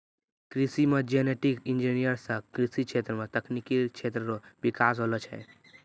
कृषि मे genetic engineer से कृषि क्षेत्र मे तकनिकी क्षेत्र रो बिकास होलो छै